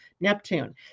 Neptune